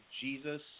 Jesus